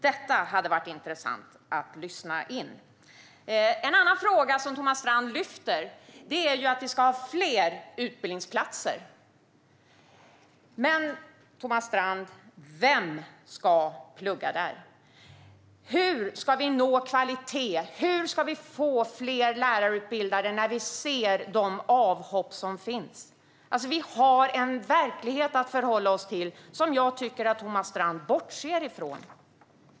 Det hade varit intressant att lyssna in detta. En annan fråga som Thomas Strand lyfter fram är att vi ska ha fler utbildningsplatser. Men, Thomas Strand: Vem ska plugga där? Hur ska vi nå kvalitet? Hur ska vi få fler lärarutbildade när vi ser de avhopp som finns? Vi har en verklighet att förhålla oss till som jag tycker att Thomas Strand bortser från.